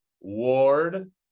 ward